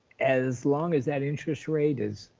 as long as that interest rate is,